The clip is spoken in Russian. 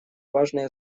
важный